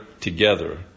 together